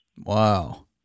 Wow